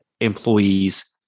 employees